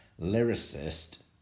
lyricist